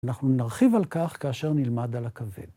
אנחנו נרחיב על כך כאשר נלמד על הקווה.